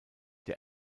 der